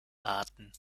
arten